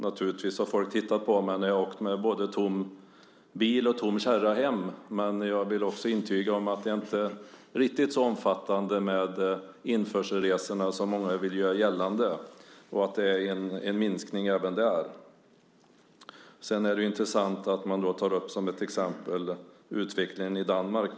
Naturligtvis har folk tittat på mig när jag har åkt hem med både tom bil och tom släpkärra. Jag vill också intyga att införselresorna inte riktigt är så omfattande som många vill göra gällande. Det är en minskning även där. Sedan är det intressant att man som ett exempel nämner utvecklingen i Danmark.